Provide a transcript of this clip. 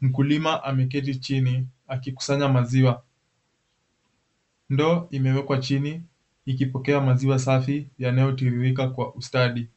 Mkulima ameketi chini akikusanya maziwa. Ndoo imewekwa chini ikipokea maziwa safi yanayotiririka kwa ustadi.